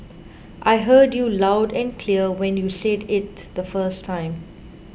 I heard you loud and clear when you said it the first time